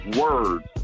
words